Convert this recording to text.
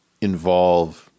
involve